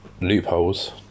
loopholes